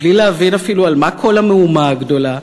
בלי להבין אפילו על מה כל המהומה הגדולה,